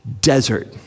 desert